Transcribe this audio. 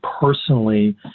personally